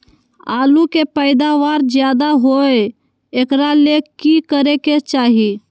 आलु के पैदावार ज्यादा होय एकरा ले की करे के चाही?